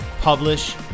publish